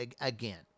Again